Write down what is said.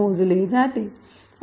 मोजले जाते